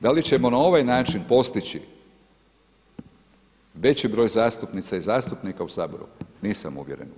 Da li ćemo na ovaj način postići veći broj zastupnica i zastupnika u Saboru, nisam uvjeren u to.